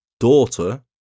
daughter